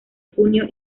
junio